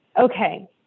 Okay